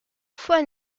fois